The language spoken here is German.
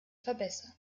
verbessern